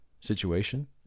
situation